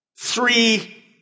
three